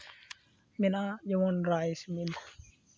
ᱢᱮᱱᱟᱜᱼᱟ ᱡᱮᱢᱚᱱ ᱨᱟᱭᱤᱥ ᱢᱤᱞ